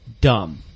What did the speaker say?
dumb